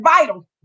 vital